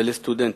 ולסטודנטים.